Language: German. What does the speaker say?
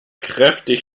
kräftig